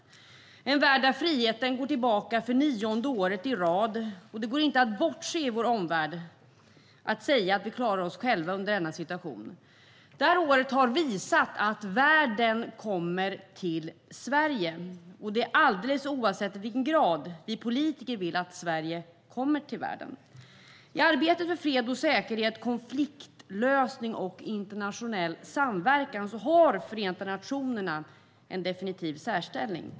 Vi har en värld där friheten går tillbaka för nionde året i rad. Det går inte att bortse från vår omvärld och säga att vi klarar oss själva i denna situation. Det här året har visat att världen kommer till Sverige, och det alldeles oavsett i vilken grad som vi politiker vill att Sverige kommer till världen. I arbetet för fred och säkerhet, konfliktlösning och internationell samverkan har Förenta nationerna definitivt en särställning.